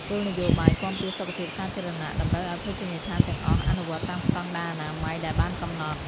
គោលនយោបាយគាំពារសុខភាពសាធារណៈតម្រូវឱ្យភោជនីយដ្ឋានទាំងអស់អនុវត្តតាមស្តង់ដារអនាម័យដែលបានកំណត់។